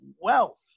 wealth